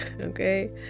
Okay